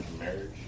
Marriage